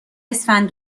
اسفند